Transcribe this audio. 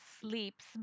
sleeps